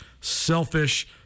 selfish